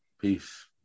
peace